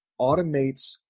automates